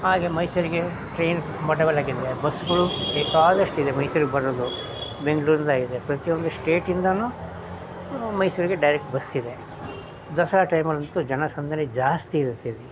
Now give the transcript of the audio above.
ಹಾಗೆ ಮೈಸೂರಿಗೆ ಟ್ರೇನ್ ಮಡವಲ್ಲಾಗಿದೆ ಬಸ್ಗಳು ಬೇಕಾದಷ್ಟಿದೆ ಮೈಸೂರಿಗೆ ಬರೋದು ಬೆಂಗ್ಳೂರದ್ದಾಗಿದೆ ಪ್ರತಿ ಒಂದು ಸ್ಟೇಟ್ ಇಂದಲೂ ಮೈಸೂರಿಗೆ ಡೈರೆಕ್ಟ್ ಬಸ್ ಇದೆ ದಸರಾ ಟೈಮಲಂತೂ ಜನ ಸಂದಣಿ ಜಾಸ್ತಿ ಇರುತ್ತೆ ಇಲ್ಲಿ